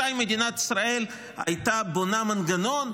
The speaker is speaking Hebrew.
מתי מדינת ישראל הייתה בונה מנגנון,